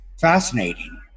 Fascinating